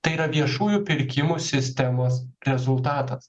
tai yra viešųjų pirkimų sistemos rezultatas